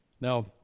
Now